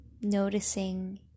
noticing